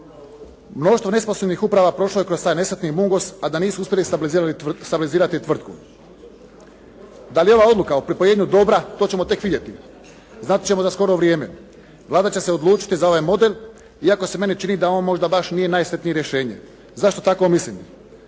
Mnoštvo nesposobnih uprava prošlo je kroz taj nesretni Mungos, a da nisu uspjeli stabilizirati tvrtku. Dali je ova odluka o pripojenju dobra, to ćemo tek vidjeti. Znati ćemo u skoro vrijeme. Vlada će se odlučiti za ovaj model, iako se meni čini da on nije baš najsretnije rješenje. Zašto tako mislim?